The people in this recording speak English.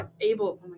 able